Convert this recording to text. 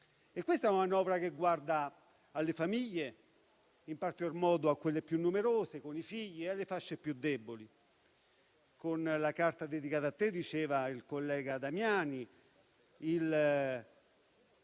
Questa è una manovra che guarda alle famiglie, in particolar modo a quelle più numerose, e alle fasce più deboli. Con la cosiddetta Carta dedicata a te, come diceva il collega Damiani, si